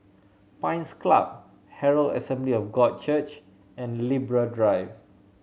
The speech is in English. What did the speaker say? Pines Club Herald Assembly of God Church and Libra Drive